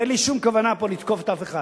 אין לי שום כוונה פה לתקוף אף אחד.